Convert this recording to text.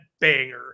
banger